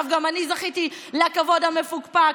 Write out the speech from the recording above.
עכשיו גם אני זכיתי לכבוד המפוקפק.